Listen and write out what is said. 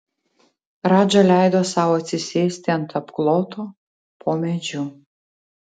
radža leido sau atsisėsti ant apkloto po medžiu